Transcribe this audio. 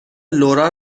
لورا